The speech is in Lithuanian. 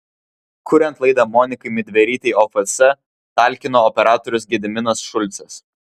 kuriant laidą monikai midverytei ofs talkino operatorius gediminas šulcas